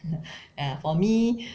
ya for me